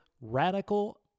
radical